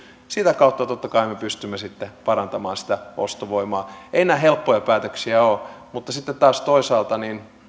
sitä kautta totta kai me pystymme sitten parantamaan sitä ostovoimaa eivät nämä helppoja päätöksiä ole mutta sitten taas toisaalta